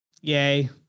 Yay